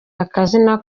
akazina